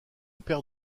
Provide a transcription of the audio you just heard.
père